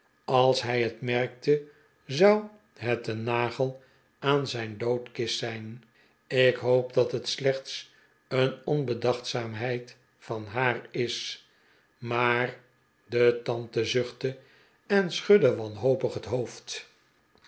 als hij het merkte zou het een nagel aan zijn doodkist zijn ik hoop dat het slechts een onbedachtzaamheid van haar is maar de tante zuchtte en schudde wa nhopig het hoof